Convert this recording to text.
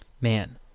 Man